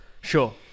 Sure